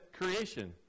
Creation